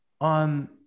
on